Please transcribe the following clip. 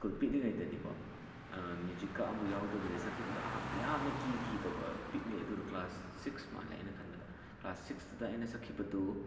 school ꯄꯤꯛꯂꯤꯉꯩꯗꯅꯤꯀꯣ ꯃ꯭ꯌꯨꯖꯤꯛꯀ ꯑꯝꯕꯧ ꯌꯥꯎꯗꯕꯤꯗ ꯁꯛꯈꯤꯕꯗꯣ ꯑꯍꯥꯟꯕꯗꯤ ꯌꯥꯝꯅ ꯀꯤꯈꯤꯕꯀꯣ ꯄꯤꯛꯂꯤ ꯑꯗꯨꯗꯣ ꯀ꯭ꯂꯥꯁ ꯁꯤꯛꯁ ꯃꯥꯜꯂꯦ ꯑꯩꯅ ꯈꯟꯕꯗ ꯀ꯭ꯂꯥꯁ ꯁꯤꯛꯁꯇꯨꯗ ꯑꯩꯅ ꯁꯛꯈꯤꯕꯗꯨ